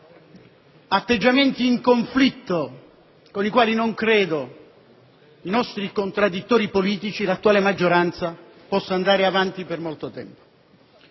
atteggiamenti in conflitto, con i quali non credo che i nostri contraddittori politici, l'attuale maggioranza, possano andare avanti per molto tempo.